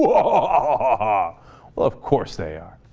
law ah of course they are